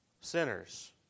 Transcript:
sinners